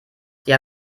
sie